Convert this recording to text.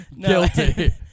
Guilty